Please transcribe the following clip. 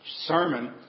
sermon